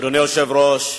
אדוני היושב-ראש,